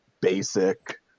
basic